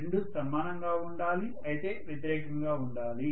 రెండూ సమానంగా ఉండాలి అయితే వ్యతిరేకంగా ఉండాలి